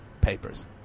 Papers